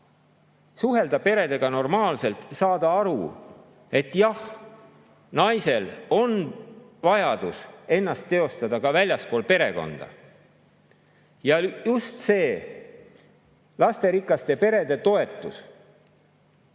suhelda peredega normaalselt, saada aru, et jah, naisel on vajadus ennast teostada ka väljaspool perekonda. Just see lasterikka pere toetus,